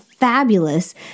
fabulous